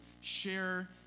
share